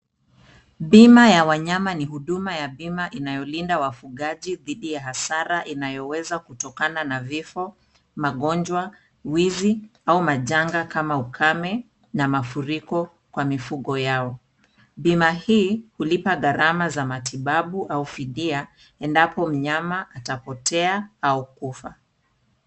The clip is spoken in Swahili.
Bima ya wanyama ni huduma ya bima inayolinda wafugaji dhidi ya hasara inayoweza kutokana na vifo, magonjwa, wizi au majanga kama ukame na mafuriko kwa mifugo yao. Bima hii hulipa gharama za matibabu au fidia endapo mnyama atapotea au kufa.